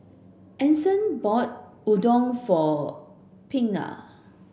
Ason bought Udon for Pinkney